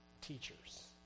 teachers